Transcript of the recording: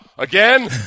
Again